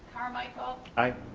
carmichael. i.